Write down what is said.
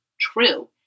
true